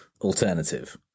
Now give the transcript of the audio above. alternative